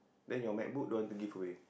then your MacBook don't want to give away